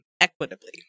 equitably